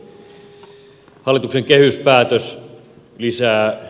hyvät edustajat